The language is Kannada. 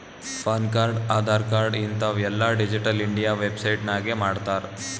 ಪಾನ್ ಕಾರ್ಡ್, ಆಧಾರ್ ಕಾರ್ಡ್ ಹಿಂತಾವ್ ಎಲ್ಲಾ ಡಿಜಿಟಲ್ ಇಂಡಿಯಾ ವೆಬ್ಸೈಟ್ ನಾಗೆ ಮಾಡ್ತಾರ್